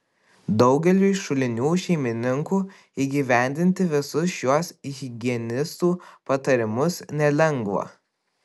daugeliui šulinių šeimininkų įgyvendinti visus šiuos higienistų patarimus nelengva